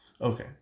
Okay